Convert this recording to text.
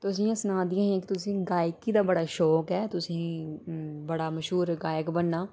तुस जि'यां सनाऽ दियां हियां की तुसें ई गायकी दा बड़ा शौक ऐ तुसें ई बड़ा मशहूर गायक बनना